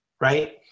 right